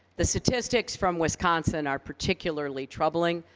the statistics from wisconsin are particularly troubling,